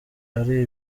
ari